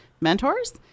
mentors